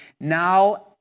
now